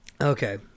Okay